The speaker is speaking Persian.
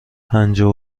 پجاه